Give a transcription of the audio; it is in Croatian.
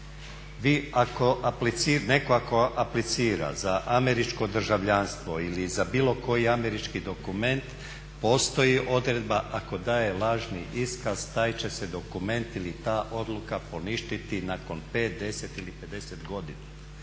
netko ako aplicira za američko državljanstvo ili za bilo koji američki dokument postoji odredba ako daje lažni iskaz taj će se dokument ili ta odluka poništiti nakon pet, deset ili pedeset godina.